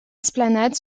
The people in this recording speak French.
esplanade